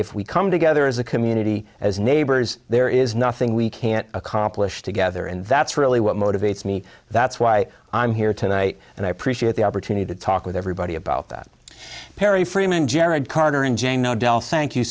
if we come together as a community as neighbors there is nothing we can't accomplish together and that's really what motivates me that's why i'm here today and i appreciate the opportunity to talk with everybody about that perry freeman jared carter and jane o'dell thank you